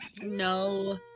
No